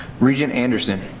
regent anderson.